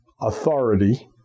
authority